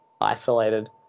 isolated